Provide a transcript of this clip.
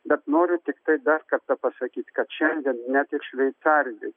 bet noriu tiktai dar kartą pasakyt kad šiandien net ir šveicarijoj